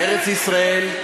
ארץ-ישראל,